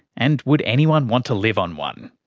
and would anyone want to live on one?